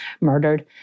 murdered